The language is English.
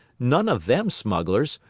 none of them smugglers,